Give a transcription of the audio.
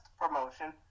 promotion